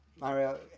Mario